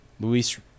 Luis